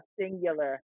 singular